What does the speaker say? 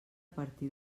partir